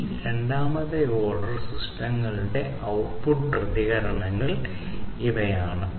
ഈ രണ്ടാമത്തെ ഓർഡർ സിസ്റ്റങ്ങളുടെ ഔട്ട്പുട്ട് പ്രതികരണങ്ങൾ ഇവയാണ്